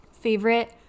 Favorite